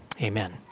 amen